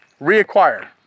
reacquire